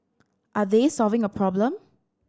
are they solving a problem